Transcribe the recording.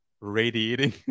Radiating